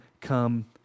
come